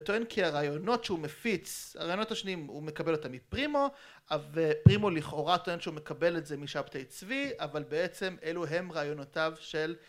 טוען כי הרעיונות שהוא מפיץ, הרעיונות השניים הוא מקבל אותה מפרימו ופרימו לכאורה טוען שהוא מקבל את זה משבתי צבי אבל בעצם אלו הם רעיונותיו של...